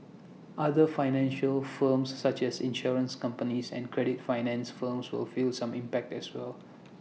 other financial firms such as insurance companies and credit finance firms will feel some impact as well